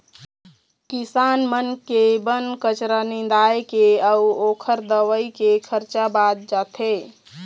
किसान मन के बन कचरा निंदाए के अउ ओखर दवई के खरचा बाच जाथे